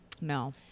no